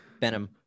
Benham